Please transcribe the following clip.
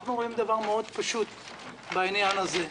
אנחנו אומרים דבר פשוט מאוד בעניין הזה: